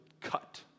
cut